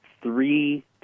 three